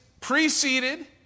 preceded